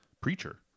Preacher